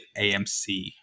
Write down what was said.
AMC